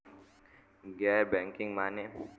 गैर बैंकिंग माने?